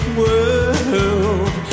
world